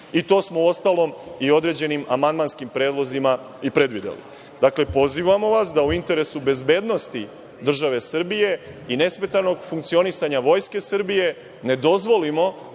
i to smo uostalom i određenim amandmanskim predlozima i predvideli. Dakle, pozivamo vas da, u interesu bezbednosti države Srbije i nesmetanog funkcionisanja Vojske Srbije, ne dozvolimo